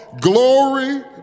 Glory